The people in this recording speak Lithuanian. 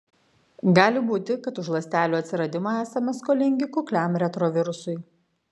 gali būti kad už ląstelių atsiradimą esame skolingi kukliam retrovirusui